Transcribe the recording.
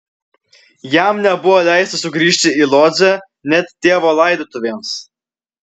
jam nebuvo leista sugrįžti į lodzę net tėvo laidotuvėms